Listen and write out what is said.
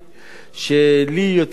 שלי יותר קל,